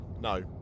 No